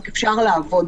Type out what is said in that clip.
רק לעבוד.